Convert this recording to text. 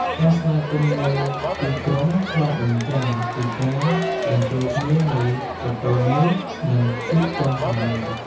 ការស្វាគមន៍នៅទីក្រុងឆ្លុះបញ្ចាំងពីការបញ្ចូលគ្នានៃប្រពៃណី និងភាពទាន់សម័យ។